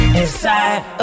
inside